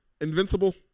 invincible